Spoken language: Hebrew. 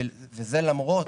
וזה למרות